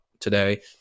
today